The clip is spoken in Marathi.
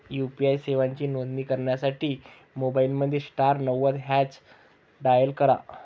यू.पी.आई सेवांची नोंदणी करण्यासाठी मोबाईलमध्ये स्टार नव्वद हॅच डायल करा